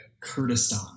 Kurdistan